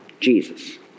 Jesus